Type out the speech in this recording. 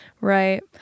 Right